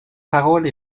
parole